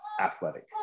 athletic